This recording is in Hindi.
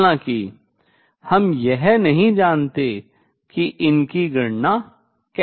हालांकि हम यह नहीं जानते कि इनकी गणना कैसे करें